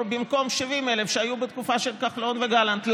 במקום 70,000 שהיו בתקופה של כחלון וגלנט.